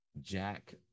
Jack